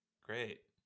great